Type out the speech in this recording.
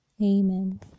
Amen